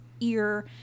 ear